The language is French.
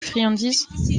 friandises